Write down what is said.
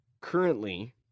currently